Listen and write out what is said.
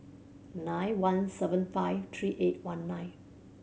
nine one seven five three eight one nine